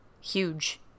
huge